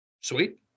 Sweet